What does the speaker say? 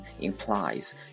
implies